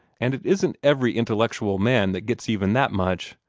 and it isn't every intellectual man that gets even that much.